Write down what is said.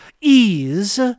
ease